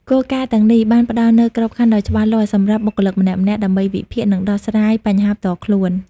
គោលការណ៍ទាំងនេះបានផ្ដល់នូវក្របខណ្ឌដ៏ច្បាស់លាស់សម្រាប់បុគ្គលម្នាក់ៗដើម្បីវិភាគ និងដោះស្រាយបញ្ហាផ្ទាល់ខ្លួន។